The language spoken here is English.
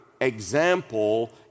example